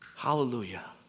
Hallelujah